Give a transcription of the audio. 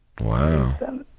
Wow